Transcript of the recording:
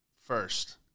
First